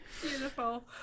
beautiful